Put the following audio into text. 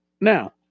Now